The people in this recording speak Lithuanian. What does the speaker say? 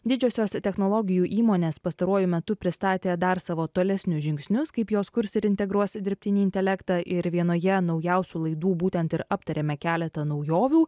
didžiosios technologijų įmonės pastaruoju metu pristatė dar savo tolesnius žingsnius kaip jos kurs ir integruos dirbtinį intelektą ir vienoje naujausių laidų būtent ir aptarėme keletą naujovių